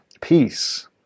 peace